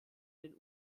den